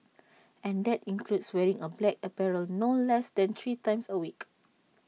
and that includes wearing A black apparel no less than three times A week